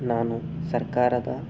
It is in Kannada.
ನಾನು ಸರ್ಕಾರದ